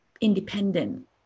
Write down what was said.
independent